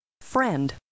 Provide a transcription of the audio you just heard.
Friend